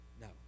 no